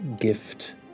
gift